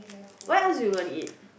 what else you want to eat